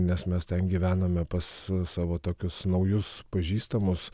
nes mes ten gyvenome pas savo tokius naujus pažįstamus